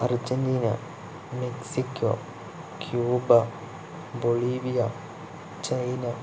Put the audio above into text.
Argentina Mexico Cuba bolivia China